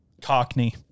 Cockney